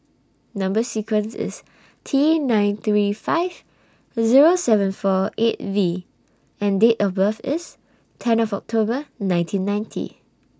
Number sequence IS T nine three five Zero seven four eight V and Date of birth IS ten of October nineteen ninety